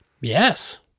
Yes